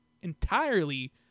entirely